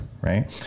right